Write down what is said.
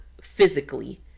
physically